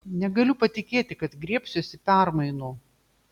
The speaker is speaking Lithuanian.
negaliu patikėti kad griebsiuosi permainų